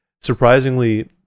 surprisingly